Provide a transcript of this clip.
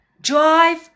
drive